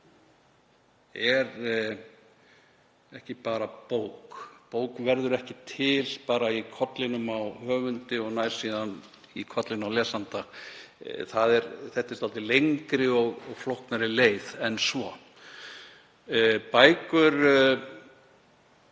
Bók er ekki bara bók. Bók verður ekki til bara í kollinum á höfundi og nær síðan í kollinn á lesanda. Þetta er dálítið lengri og flóknari leið en svo. Flestar